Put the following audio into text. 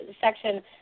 section